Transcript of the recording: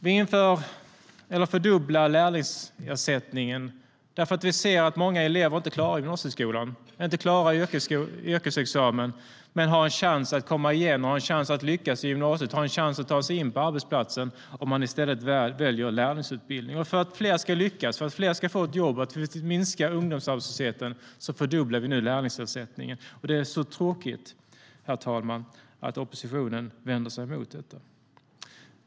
Vi fördubblar lärlingsersättningen, för vi ser att många elever inte klarar gymnasieskolan eller yrkesexamen, men de har en chans att lyckas ta sig in på arbetsmarknaden om de i stället väljer lärlingsutbildning. För att fler ska lyckas få ett jobb och för att vi ska minska ungdomsarbetslösheten fördubblar vi nu lärlingsersättningen. Det är tråkigt att de rödgröna vänder sig mot detta.